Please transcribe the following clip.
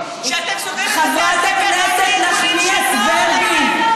חברת הכנסת נחמיאס ורבין,